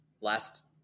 last